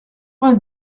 vingt